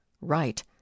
right